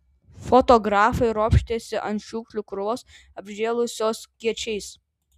fotografai ropštėsi ant šiukšlių krūvos apžėlusios kiečiais